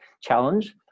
challenge